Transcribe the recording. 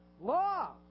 law